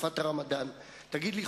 בתקופת הרמדאן: תגיד לי,